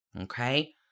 okay